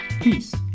Peace